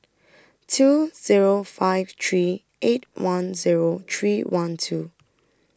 two Zero five three eight one Zero three one two